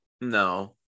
No